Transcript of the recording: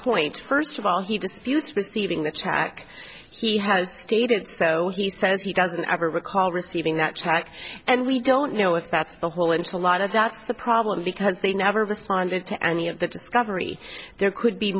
point first of all he disputes receiving the check he has stated so he says he doesn't ever recall receiving that check and we don't know if that's the whole into a lot of that's the problem because they never responded to any of the discovery there could be